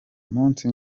umunsi